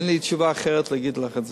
אין לי תשובה אחרת להגיד לך.